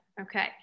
Okay